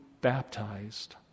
baptized